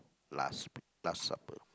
last last supper